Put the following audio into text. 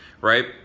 right